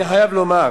אני חייב לומר.